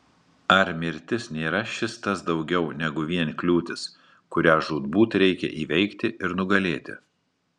ar mirtis nėra šis tas daugiau negu vien kliūtis kurią žūtbūt reikia įveikti ir nugalėti